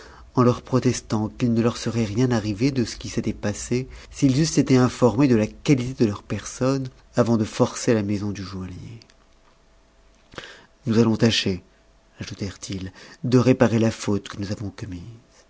en leur protestant qu'il ne leur serait rien arrivé de ce qui s'était passé s'i s eussent été informés de la qualité de leurs personnes avant de forcer la maison du joaillier nous allons tâcher ajoutèrent-ils de réparer la faute que nous avons commise